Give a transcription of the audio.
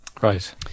Right